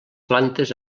plantes